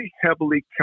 heavily